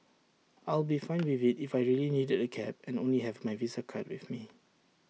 I'll be fine with IT if I really needed A cab and only have my visa card with me